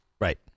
Right